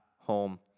home